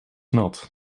nat